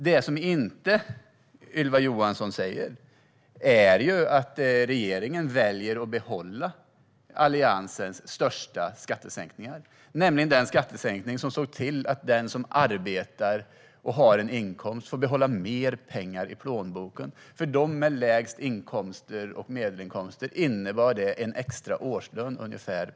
Vad Ylva Johansson inte säger är att regeringen väljer att behålla Alliansens största skattesänkning, nämligen den skattesänkning som såg till att den som arbetar och har en inkomst får behålla mer pengar i plånboken. För dem med lägst inkomster och medelinkomster innebar det ungefär en extra månadslön per år.